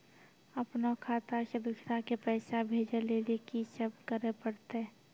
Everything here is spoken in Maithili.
अपनो खाता से दूसरा के पैसा भेजै लेली की सब करे परतै?